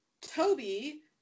Toby